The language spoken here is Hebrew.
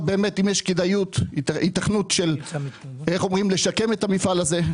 אם יש כדאיות והיתכנות לשקם את המפעל הזה.